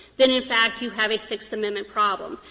then, in fact, you have a sixth amendment problem.